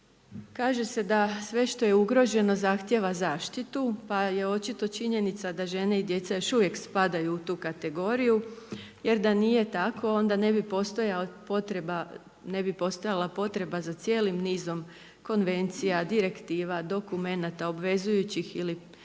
Kaže se da sve što je ugroženo zahtjeva zaštitu pa je očito činjenica da žene i djeca još uvijek spadaju u tu kategoriju jer da nije tako onda ne bi postojala potreba za cijelim nizom konvencija, direktiva, dokumenata obvezujućih ili